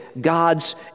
God's